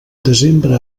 desembre